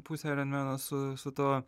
pusę aironmeno su su tuo